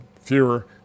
fewer